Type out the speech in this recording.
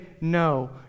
no